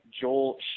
Joel